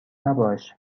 نباش